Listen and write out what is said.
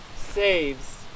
saves